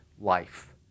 life